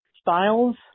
styles